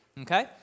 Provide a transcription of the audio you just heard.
okay